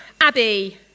Abby